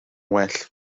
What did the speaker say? well